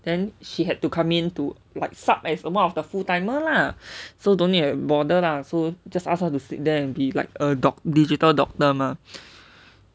then she had to come in to like sup as one of the full timer lah so don't need to bother lah so just ask her to sit there then be like a doc~ digital doctor mah